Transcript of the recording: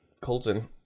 Colton